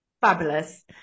Fabulous